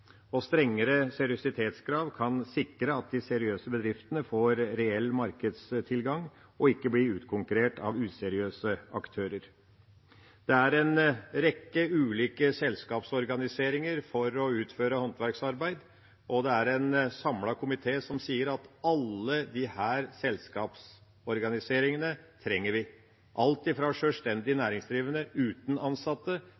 Strengere seriøsitetskrav kan sikre at de seriøse bedriftene får reell markedstilgang og ikke blir utkonkurrert av useriøse aktører. Det er en rekke ulike selskapsorganiseringer for å utføre håndverksarbeid, og det er en samlet komité som sier at vi trenger alle disse selskapsorganiseringene – alt fra sjølstendig